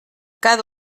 cada